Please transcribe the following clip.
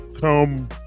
come